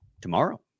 tomorrow